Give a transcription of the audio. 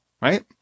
right